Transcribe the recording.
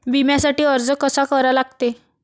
बिम्यासाठी अर्ज कसा करा लागते?